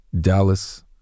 Dallas